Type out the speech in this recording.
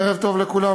ערב טוב לכולם.